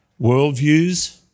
worldviews